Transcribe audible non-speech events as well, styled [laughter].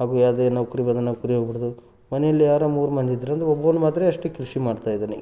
ಹಾಗೂ ಅದೇನೋ [unintelligible] ಮನೆಯಲ್ಲಿ ಯಾರೋ ಮೂರು ಮಂದಿ ಇದ್ರು ಒಬ್ಬನು ಮಾತ್ರ ಅಷ್ಟೇ ಕೃಷಿ ಮಾಡ್ತಾಯಿದ್ದಾನೆ